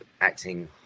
acting